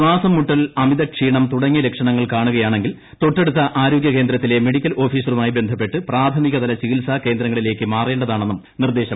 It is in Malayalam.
ശ്വാസംമുട്ടൽ അമിതക്ഷിീണം തുടങ്ങിയ ലക്ഷണങ്ങൾ കാണുകയാണെങ്കിൽ തൊട്ടടുത്തി ആരോഗ്യ കേന്ദ്രത്തിലെ മെഡിക്കൽ ഓഫീസറുമായി ബ്രസ്പ്പെട്ട് പ്രാഥമിക തല ചികിത്സാ കേന്ദ്രങ്ങളിലേയ്ക്ക് മാറേണ്ടതാണെന്നും നിർദ്ദേശമുണ്ട്